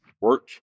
work